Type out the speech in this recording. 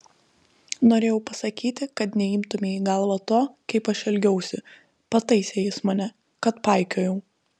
norėjau pasakyti kad neimtumei į galvą to kaip aš elgiausi pataisė jis mane kad paikiojau